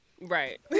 Right